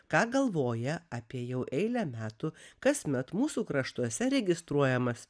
ką galvoja apie jau eilę metų kasmet mūsų kraštuose registruojamas